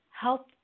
help